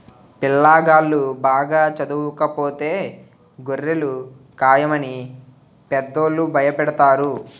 పిల్లాగాళ్ళు బాగా చదవకపోతే గొర్రెలు కాయమని పెద్దోళ్ళు భయపెడతారు